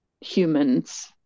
humans